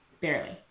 Barely